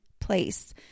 place